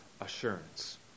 assurance